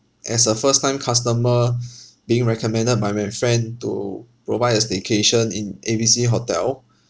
as a first time customer being recommended by my friend to provide as staycation in A B C hotel